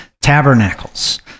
Tabernacles